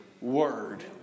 word